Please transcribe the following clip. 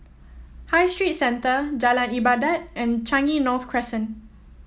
High Street Centre Jalan Ibadat and Changi North Crescent